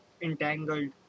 entangled